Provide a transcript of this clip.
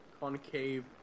Concave